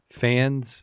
fans